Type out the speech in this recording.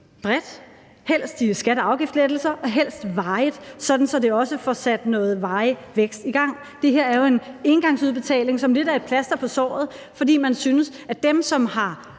bredt, helst via skatte- og afgiftslettelser og helst varigt, sådan at det også får sat noget varig vækst i gang. Det her er jo en engangsudbetaling, som lidt er et plaster på såret, fordi man synes, at når dem, som har